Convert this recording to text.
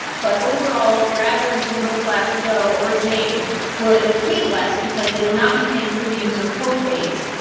but overall, your average, middle-class joe or jane would pay less because they would not be paying premiums or co-pays.